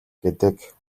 гэдэг